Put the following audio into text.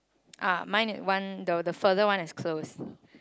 ah mine at one the the further one is closed